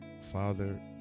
Father